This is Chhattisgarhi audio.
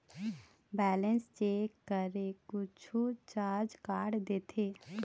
बैलेंस चेक करें कुछू चार्ज काट देथे?